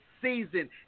season